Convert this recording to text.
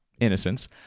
innocence